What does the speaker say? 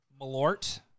Malort